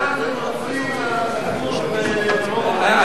מותר לנוצרי לגור ברובע, ?